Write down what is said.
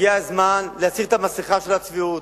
הגיע הזמן להסיר את המסכה של הצביעות,